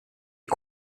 est